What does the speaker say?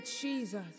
Jesus